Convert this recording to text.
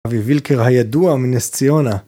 אבי וילקר הידוע מנס ציונה